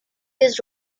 his